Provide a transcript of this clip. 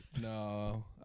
No